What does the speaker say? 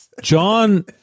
John